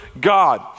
God